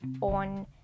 on